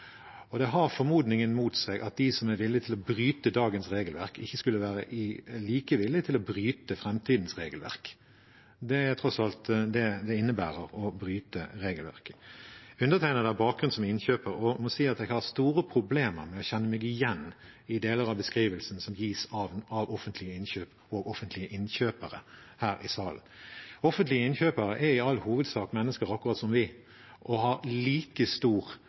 ikke skulle være like villige til å bryte framtidens regelverk. Det er tross alt det det innebærer å bryte regelverket. Undertegnede har bakgrunn som innkjøper, og jeg må si at jeg har store problemer med å kjenne meg igjen i deler av beskrivelsen som gis av offentlige innkjøp og offentlige innkjøpere her i salen. Offentlige innkjøpere er i all hovedsak mennesker, akkurat som oss, og legger like stor